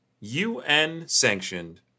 UN-sanctioned